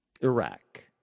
Iraq